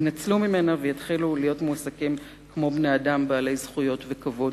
יינצלו ממנה ויתחילו להיות מועסקים כמו בני-אדם בעלי זכויות וכבוד.